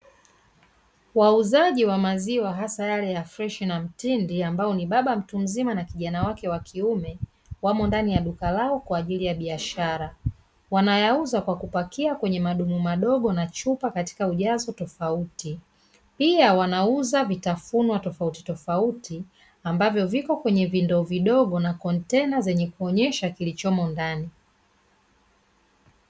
Wauzaji wa maziwa hasa yale ya freshi na mtindi ambao ni baba mtu mzima na kijana wake wa kiume, wamo ndani ya duka lao kwa ajili ya biashara, wanayauza kwa kupakia kwenye madumu madogo na chupa katika ujazo tofauti. Pia wanauza vitafunwa tofautitofauti ambavyo viko kwenye vindoo vidogo na kontena zenye kuonesha kilichomo ndani.